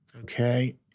Okay